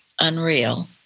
unreal